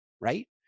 right